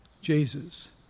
Jesus